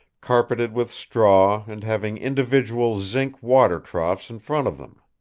carpeted with straw and having individual zinc water troughs in front of them.